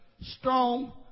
strong